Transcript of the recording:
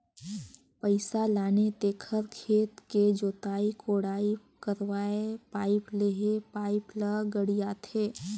पइसा लाने तेखर खेत के जोताई कोड़ाई करवायें पाइप लेहे पाइप ल गड़ियाथे